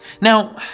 Now